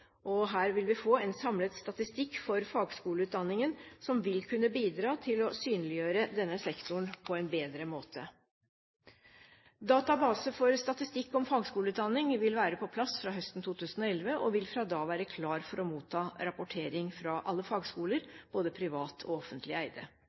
og her vil vi få en samlet statistikk for fagskoleutdanningen som vil kunne bidra til å synliggjøre denne sektoren på en bedre måte. Database for statistikk om fagskoleutdanning vil være på plass fra høsten 2011, og vil fra da være klar for å motta rapportering fra alle fagskoler,